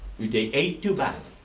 you take eight, too bad.